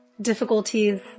difficulties